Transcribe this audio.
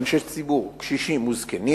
אנשי ציבור, קשישים וזקנים